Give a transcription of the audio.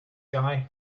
guy